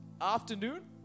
afternoon